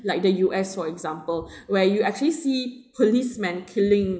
like the U_S for example where you actually see policemen killing